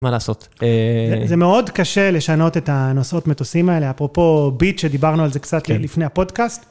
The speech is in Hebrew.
מה לעשות? זה מאוד קשה לשנות את הנושאות מטוסים האלה. אפרופו ביט, שדיברנו על זה קצת לפני הפודקאסט.